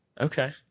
Okay